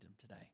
today